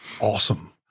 awesome